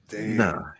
Nah